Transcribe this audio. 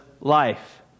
life